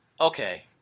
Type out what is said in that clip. Okay